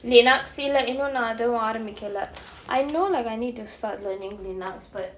linux இல்ல இன்னும் நா அதுவோ ஆரம்பிக்கல:illa innum naa athuvo aarambikalae I know like I need to start learning linux but